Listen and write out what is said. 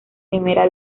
primera